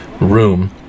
room